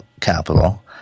capital